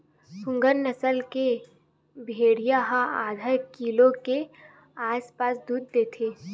पूगल नसल के भेड़िया ह आधा किलो के आसपास दूद देथे